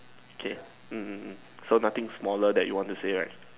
okay mm so nothing smaller that you want to say right